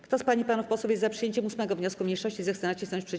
Kto z pań i panów posłów jest za przyjęciem 8. wniosku mniejszości, zechce nacisnąć przycisk.